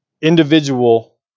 individual